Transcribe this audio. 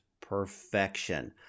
perfection